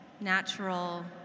natural